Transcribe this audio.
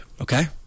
Okay